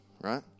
right